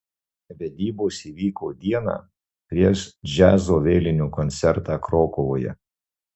vedybos įvyko dieną prieš džiazo vėlinių koncertą krokuvoje